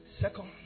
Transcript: Second